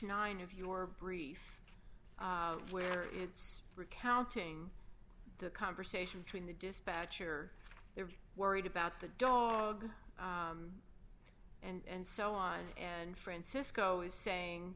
nine of your brief where it's recounting the conversation between the dispatcher they're worried about the dog and so on and francisco is saying